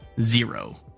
zero